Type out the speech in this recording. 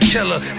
killer